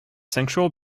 central